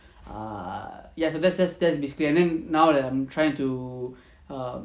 err ya ya that's that's basically and then now that I'm trying to err